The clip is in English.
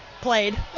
played